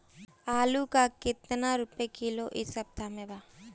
आलू का कितना रुपया किलो इह सपतह में बा?